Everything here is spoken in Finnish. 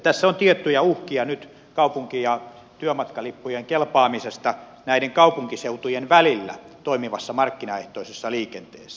tässä on tiettyjä uhkia nyt kaupunki ja työmatkalippujen kelpaamisesta näiden kaupunkiseutujen välillä toimivassa markkinaehtoisessa liikenteessä